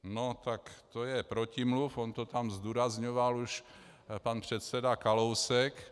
No tak to je protimluv, on to tam zdůrazňoval už pan předseda Kalousek.